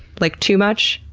like too much?